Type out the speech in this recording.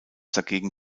dagegen